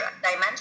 dimension